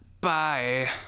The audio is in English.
Bye